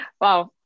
Wow